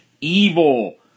evil